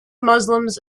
muslims